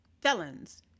felons